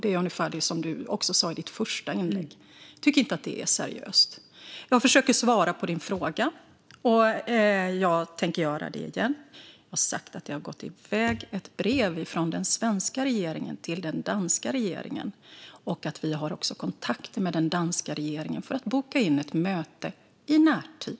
Det var ungefär det du sa i ditt första inlägg. Jag tycker inte att det är seriöst. Jag försöker svara på din fråga, och jag tänker göra det igen. Jag har sagt att det har gått iväg ett brev från den svenska regeringen till den danska regeringen och också att vi har kontakt med den danska regeringen för att boka in ett möte i närtid.